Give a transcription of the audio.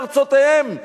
לארצותיהם,